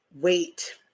wait